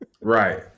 Right